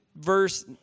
verse